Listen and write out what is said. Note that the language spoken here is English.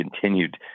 continued